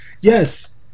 yes